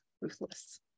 ruthless